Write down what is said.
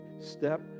step